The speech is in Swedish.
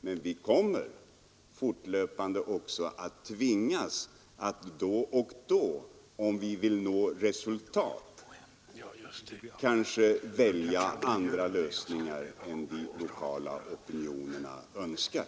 Men vi kommer säkerligen också att tvingas att då och då, om vi vill nå resultat, välja andra lösningar än de lokala opinionerna önskar.